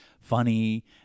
funny